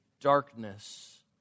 darkness